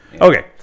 Okay